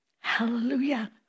Hallelujah